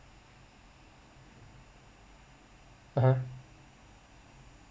(uh huh)